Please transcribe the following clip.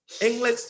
English